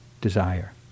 desire